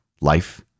life